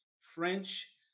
French